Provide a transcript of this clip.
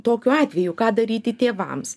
tokiu atveju ką daryti tėvams